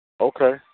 Okay